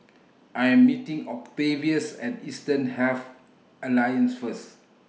I Am meeting Octavius At Eastern Health Alliance First